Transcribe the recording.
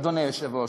אדוני היושב-ראש.